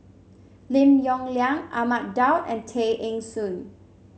Lim Yong Liang Ahmad Daud and Tay Eng Soon